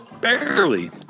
Barely